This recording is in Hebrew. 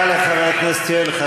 תודה לחבר הכנסת יואל חסון.